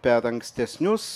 per ankstesnius